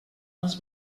els